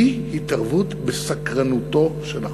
אי-התערבות בסקרנותו של החוקר.